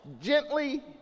Gently